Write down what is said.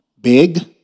big